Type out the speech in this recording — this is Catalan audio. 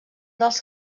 dels